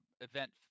event